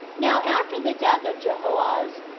now after the death of jehoahaz,